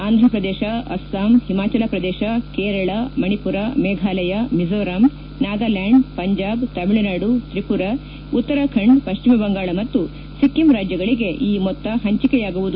ಆಂಧ್ರಪ್ರದೇಶ ಅಸ್ಲಾಂ ಓಮಾಚಲ ಪ್ರದೇಶ ಕೇರಳ ಮಣಿಮರ ಮೇಫಾಲಯ ಮಿಝೋರಾಂ ನಾಗಾಲ್ಕಾಂಡ್ ಪಂಜಾಬ್ ತಮಿಳುನಾಡು ತ್ರಿಮರಾ ಉತ್ತರಾಖಂಡ್ ಪಶ್ಚಿಮ ಬಂಗಾಳ ಮತ್ತು ಸಿಕ್ಕಿಂ ರಾಜ್ಯಗಳಿಗೆ ಈ ಮೊತ್ತ ಪಂಚಿಕೆಯಾಗುವುದು